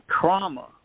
trauma